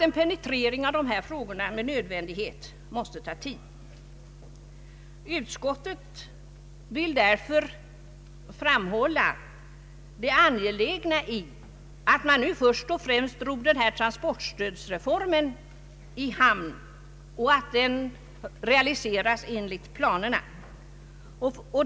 En penetrering av dessa frågor måste med nödvändighet ta tid. Utskottet vill därför framhålla det angelägna i att man nu först och främst ror transportstödsreformen i hamn och att den realiseras enligt planerna.